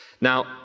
Now